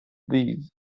these